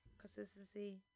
Consistency